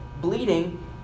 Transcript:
bleeding